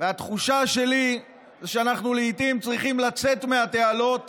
התחושה שלי היא שלעיתים אנחנו צריכים לצאת מהתעלות,